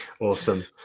Awesome